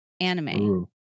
anime